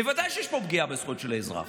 בוודאי יש פה פגיעה בזכויות של האזרח.